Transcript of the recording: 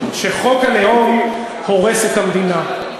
שחוק הלאום הורס את המדינה.